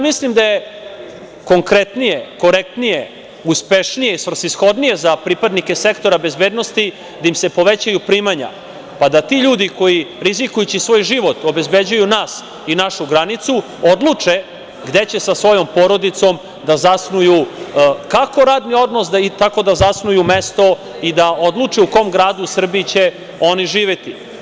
Mislim, da je konkretnije, korektnije, uspešnije, svrsishodnije za pripadnike sektora bezbednosti da im se povećaju primanja, pa da ti ljudi rizikujući svoj život, obezbeđuju nas i našu granicu, odluče gde će sa svojom porodicom da zasnuju, kako radni odnos, tako da zasnuju i mesto i da odluče u kom gradu Srbije će oni živeti.